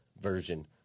version